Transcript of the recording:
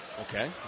Okay